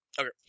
Okay